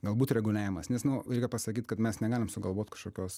galbūt reguliavimas nes nu reikia pasakyt kad mes negalim sugalvot kažkokios